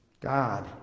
God